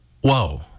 whoa